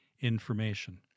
information